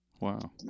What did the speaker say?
wow